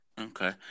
Okay